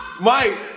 Mike